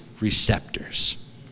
receptors